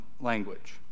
language